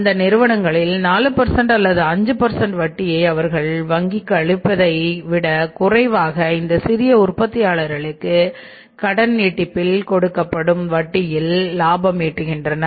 அந்த நிறுவனங்களில் 4 அல்லது 5 வட்டியை அவர்கள் வங்கிக்கு அளிப்பதை விட குறைவாக இந்த சிறிய உற்பத்தியாளர்களுக்கு கடன் நீட்டிப்பில் கொடுக்கப்படும் வட்டியில் லாபம் ஈட்டுகின்றனர்